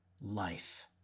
life